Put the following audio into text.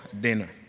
dinner